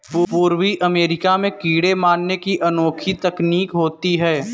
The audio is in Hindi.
पूर्वी अमेरिका में कीड़े मारने की अनोखी तकनीक होती है